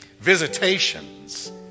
visitations